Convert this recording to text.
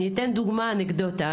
אני אתן דוגמא אנקדוטה,